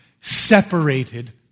separated